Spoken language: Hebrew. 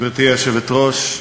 גברתי היושבת-ראש,